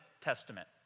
testament